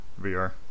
VR